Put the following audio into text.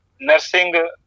nursing